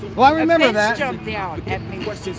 well, i remember that, um yeah ah a